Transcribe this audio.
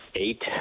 eight